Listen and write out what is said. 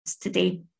today